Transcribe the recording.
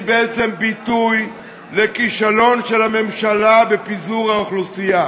היא בעצם ביטוי לכישלון של הממשלה בפיזור האוכלוסייה.